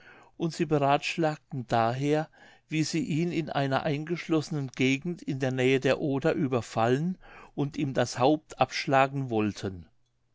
und sie berathschlagten daher wie sie ihn in einer eingeschlossenen gegend in der nähe der oder überfallen und ihm das haupt abschlagen wollten